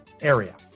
area